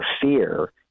fear